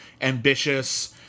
ambitious